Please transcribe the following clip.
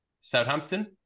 Southampton